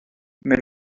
mais